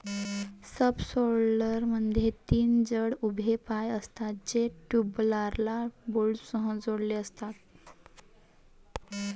सबसॉयलरमध्ये तीन जड उभ्या पाय असतात, जे टूलबारला बोल्टसह जोडलेले असतात